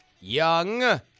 Young